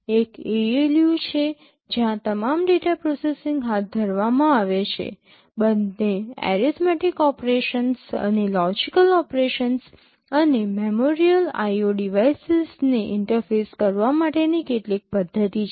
એક ALU છે જ્યાં તમામ ડેટા પ્રોસેસીંગ હાથ ધરવામાં આવે છે બંને એરિથમેટિક ઓપરેશન્સ અને લોજિકલ ઓપરેશન્સ અને મેમોરિયલ IO ડિવાઇસેસને ઇન્ટરફેસ કરવા માટેની કેટલીક પદ્ધતિ છે